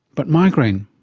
but migraine.